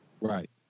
Right